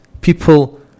people